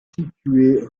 situé